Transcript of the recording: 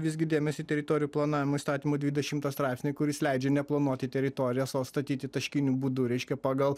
visgi dėmesį teritorijų planavimo įstatymo dvidešimtą straipsnį kuris leidžia neplanuoti teritorijos o statyti taškiniu būdu reiškia pagal